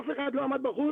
אף אחד לא עמד בחוץ,